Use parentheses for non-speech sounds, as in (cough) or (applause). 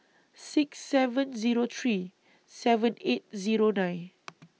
six seven Zero three seven eight Zero nine (noise)